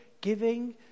giving